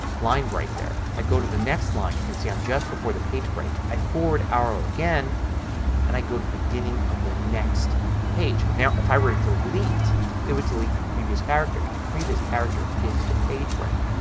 line break there, i go to the next line, you can see i'm just before the page break and i forward arrow again and i go to the beginning of the next page. now if i were to delete it would delete the previous character. the previous character if the page break.